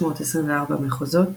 המכונות בח'ש.